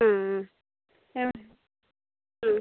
ആ എവിടെ ആ